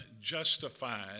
justified